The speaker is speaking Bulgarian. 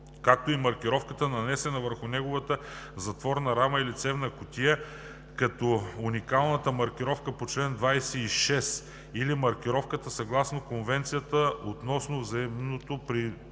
както и маркировката, нанесена върху неговата затворна рама или цевна кутия, като уникалната маркировка по чл. 26 или маркировката съгласно Конвенцията относно взаимното